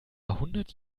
hundert